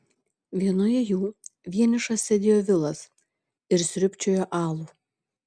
vienoje jų vienišas sėdėjo vilas ir sriubčiojo alų